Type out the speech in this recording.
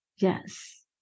Yes